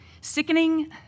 Sickening